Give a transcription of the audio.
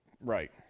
right